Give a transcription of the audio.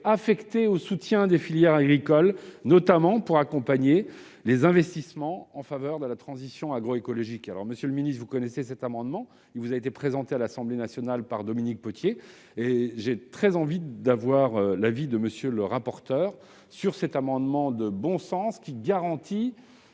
affectée au soutien des filières agricoles, notamment pour accompagner les investissements en faveur de la transition agroécologique. Monsieur le ministre, vous connaissez cet amendement : il vous a été présenté dans les mêmes termes à l'Assemblée nationale, par Dominique Potier. Je suis très curieux d'entendre l'avis de M. le rapporteur sur cet amendement de bon sens, qui vise